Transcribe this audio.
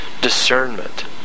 discernment